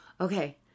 Okay